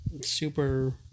super